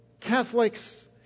Catholics